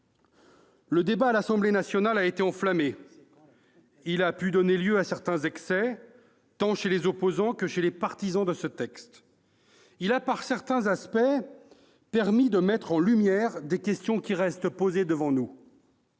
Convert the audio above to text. Le débat à l'Assemblée nationale a été enflammé : il a pu donner lieu à certains excès, tant chez les opposants à ce texte que chez ses partisans. Il a, par certains aspects, permis de mettre en lumière des questions qui restent devant nous.